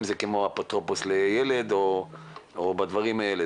אם זה כמו אפוטרופוס לילד או בדברים האלה.